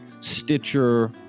Stitcher